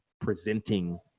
presenting